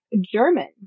German